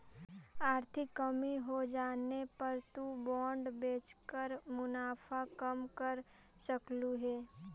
आर्थिक कमी होजाने पर तु बॉन्ड बेचकर मुनाफा कम कर सकलु हे